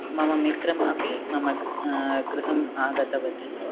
मम मित्रम् अपि मम ग गृहम् आगतवती